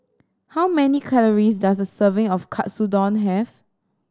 how many calories does a serving of Katsudon have